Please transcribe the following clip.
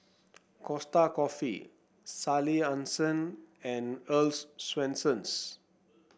Costa Coffee Sally Hansen and Earl's Swensens